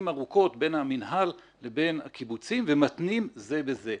ארוכות בין המינהל לבין הקיבוצים ומתנים זה בזה,